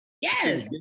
Yes